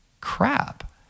crap